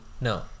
no